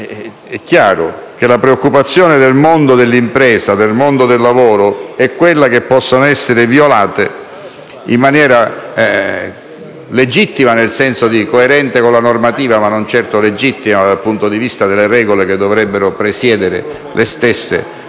chiaro che la preoccupazione del mondo dell'impresa e del lavoro è che possano essere violate in maniera legittima (ossia in modo coerente con la normativa, ma non certo legittimo dal punto di vista delle regole che dovrebbero presiedere le forme